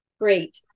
great